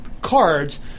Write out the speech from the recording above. cards